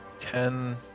Ten